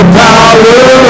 power